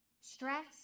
Stress